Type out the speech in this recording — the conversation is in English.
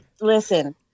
listen